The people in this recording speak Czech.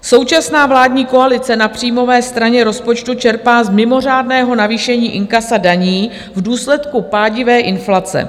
Současná vládní koalice na příjmové straně rozpočtu čerpá z mimořádného navýšení inkasa daní v důsledku pádivé inflace.